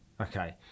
Okay